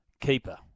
keeper